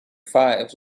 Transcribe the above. five